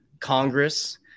Congress